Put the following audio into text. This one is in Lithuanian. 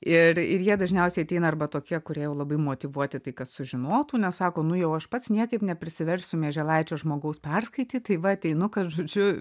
ir ir jie dažniausiai ateina arba tokie kurie jau labai motyvuoti tai kad sužinotų nes sako nu jau aš pats niekaip neprisiversiu mieželaičio žmogaus perskaityt tai va ateinu kad žodžiu